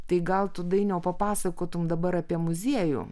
tai gal tu dainiau papasakotum dabar apie muziejų